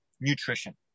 nutrition